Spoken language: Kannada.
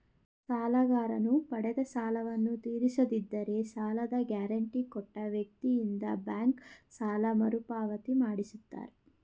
ಸಾಲಗಾರನು ಪಡೆದ ಸಾಲವನ್ನು ತೀರಿಸದಿದ್ದರೆ ಸಾಲದ ಗ್ಯಾರಂಟಿ ಕೊಟ್ಟ ವ್ಯಕ್ತಿಯಿಂದ ಬ್ಯಾಂಕ್ ಸಾಲ ಮರುಪಾವತಿ ಮಾಡಿಸುತ್ತಾರೆ